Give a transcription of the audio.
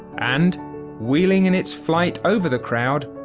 and wheeling in its flight over the crowd,